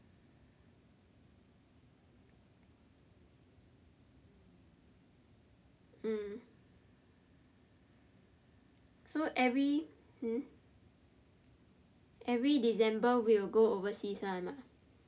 mm so every hmm every decemember we will go overseas one ah